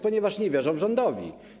Ponieważ nie wierzą rządowi.